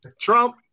Trump